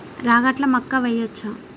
రాగట్ల మక్కా వెయ్యచ్చా?